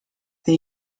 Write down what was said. the